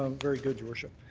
very good, your worship.